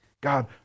God